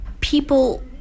people